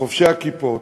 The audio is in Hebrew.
שחובשי הכיפות,